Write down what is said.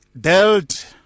dealt